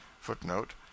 footnote